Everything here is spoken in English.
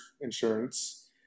insurance